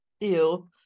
ew